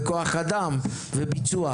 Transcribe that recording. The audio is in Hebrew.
כוח אדם וביצוע.